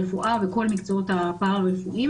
רפואה וכל המקצועות הפרה-רפואיים.